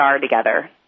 together